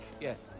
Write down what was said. Yes